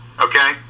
Okay